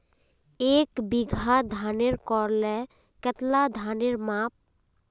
एक बीघा धानेर करले कतला धानेर पाम?